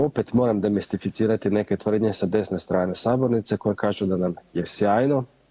Opet moram demistificirati neke tvrdnje sa neke strane sabornice koje kažu da nam je sjajno.